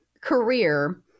career